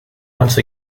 once